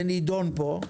זה נידון פה.